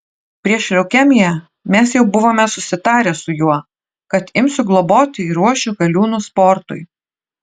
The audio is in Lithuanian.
prieš leukemiją mes jau buvome susitarę su juo kad imsiu globoti ir ruošiu galiūnus sportui